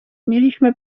mieliśmy